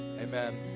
Amen